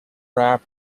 raft